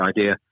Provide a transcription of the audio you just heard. idea